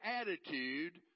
attitude